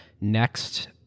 Next